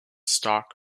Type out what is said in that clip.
stock